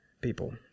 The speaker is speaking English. people